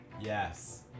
Yes